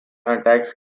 attacks